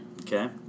Okay